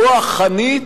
כוח חנית,